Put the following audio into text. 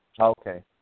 Okay